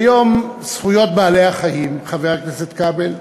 ביום זכויות בעלי-החיים, חבר הכנסת כבל,